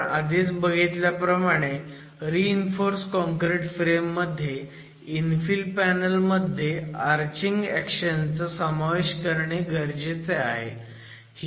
आपण आधीच बघितल्याप्रमाणे रिइन्फोर्स काँक्रिट फ्रेम मध्ये इन्फिल पॅनल मध्ये आर्चिंग ऍक्शन चा समावेश करणे गरजेचे आहे